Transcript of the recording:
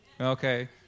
Okay